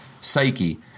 psyche